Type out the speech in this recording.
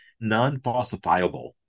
non-falsifiable